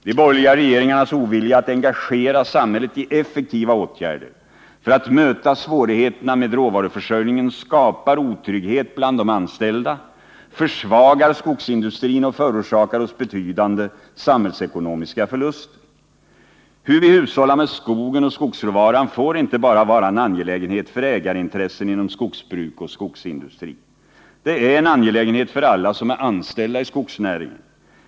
De borgerliga regeringarnas ovilja att engagera samhället i effektiva åtgärder för att möta svårigheterna med råvaruförsörjningen skapar otrygghet bland de anställda, försvagar skogsindustrin och förorsakar oss betydande samhällsekonomiska förluster. Hur vi hushållar med skogen och skogsråvaran får inte bara vara en angelägenhet för ägarintressen inom skogsbruk och skogsindustri. Det är en angelägenhet för alla som är anställda i skogsnäringen.